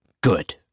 good